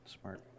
Smart